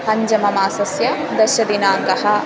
पञ्जममासस्य दशमदिनाङ्कः